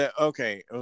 okay